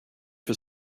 for